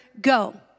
go